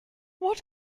what